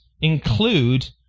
include